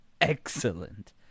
excellent